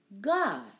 God